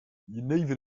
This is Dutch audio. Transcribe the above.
jenever